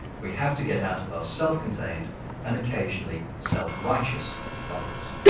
we have to get out of our self-contained and occasionally self-righteous bubbles.